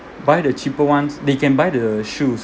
buy the cheaper ones they can buy the shoes